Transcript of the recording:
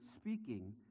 speaking